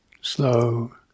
Slow